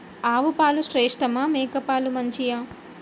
ఆవు పాలు శ్రేష్టమా మేక పాలు మంచియా?